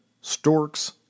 Storks